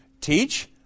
Teach